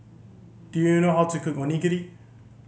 do you know how to cook Onigiri